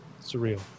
surreal